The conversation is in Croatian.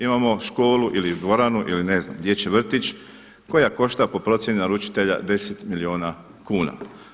Imamo školu ili dvoranu ili ne znam dječji vrtić koja košta po procjeni naručitelja 10 milijuna kuna.